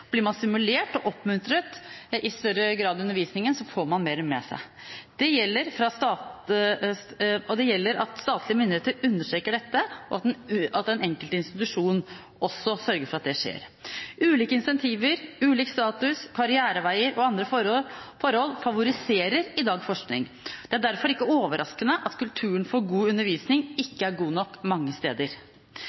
blir man i større grad stimulert og oppmuntret i undervisningen, får man mer med seg. Det gjelder at statlige myndigheter understreker dette, og at den enkelte institusjonen også sørger for at det skjer. Ulike incentiver, status, karriereveier og andre forhold favoriserer i dag forskning. Det er derfor ikke overraskende at kulturen for god undervisning ikke er god nok mange steder.